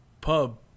pub